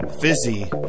Fizzy